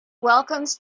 welcomes